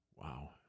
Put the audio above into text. Wow